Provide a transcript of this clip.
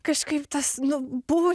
kažkaip tas nu buvo